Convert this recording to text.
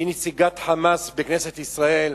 היא נציגת "חמאס" בכנסת ישראל,